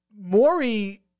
Maury